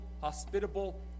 hospitable